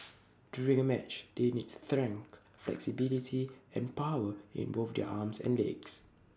during A match they need strength flexibility and power in both their arms and legs